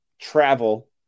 travel